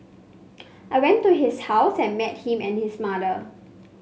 I went to his house and met him and his mother